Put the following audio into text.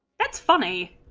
it's funny